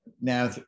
Now